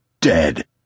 dead